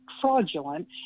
fraudulent